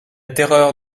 terreur